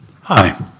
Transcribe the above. Hi